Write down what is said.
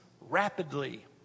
rapidly